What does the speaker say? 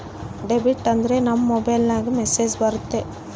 debit ಆದ್ರೆ ನಮ್ ಮೊಬೈಲ್ಗೆ ಮೆಸ್ಸೇಜ್ ಬರುತ್ತೆ